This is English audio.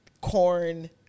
corn